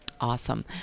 Awesome